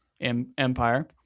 Empire